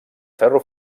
ferro